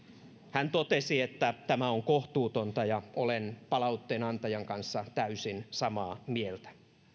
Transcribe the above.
hän totesi että tämä on kohtuutonta ja olen palautteen antajan kanssa täysin samaa mieltä